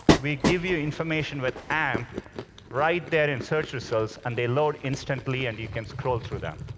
we give you information with amp right there in search results and they load instantly and you can scroll through them.